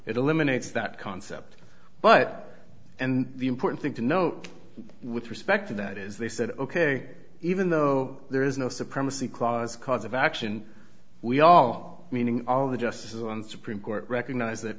it eliminates that concept but and the important thing to note with respect to that is they said ok even though there is no supremacy clause cause of action we all meaning all the justices on the supreme court recognize th